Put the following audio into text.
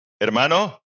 Hermano